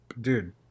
Dude